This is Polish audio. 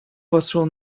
począł